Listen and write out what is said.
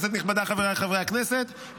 נעבור לנושא הבא על סדר-היום,